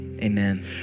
amen